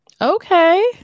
Okay